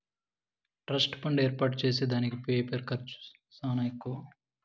trust fund ఏర్పాటు చేసే దానికి పేపరు ఖర్చులే సానా ఎక్కువ